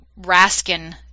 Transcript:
Raskin